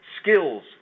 skills